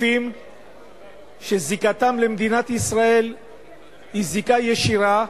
גופים שזיקתם למדינת ישראל היא זיקה ישירה.